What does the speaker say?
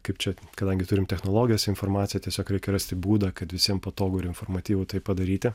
kaip čia kadangi turim technologijas informaciją tiesiog reikia rasti būdą kad visiem patogu ir informatyvu tai padaryti